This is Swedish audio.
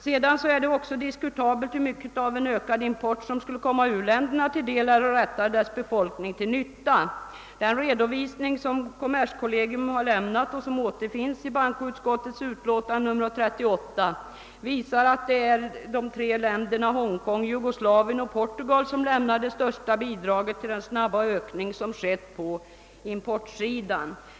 Vidare är det diskutabelt hur mycket av en ökad import som verkligen skulle komma u-ländernas befolkning till godo. Den redovisning som kommerskollegium har lämnat och som återfinns i bankoutskottets utlåtande nr 38 visar att det är Honkong, Jugoslavien och Portugal, som lämnat det största bidraget till den snabba ökning som skett på importsidan.